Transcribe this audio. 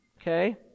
Okay